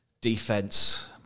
defense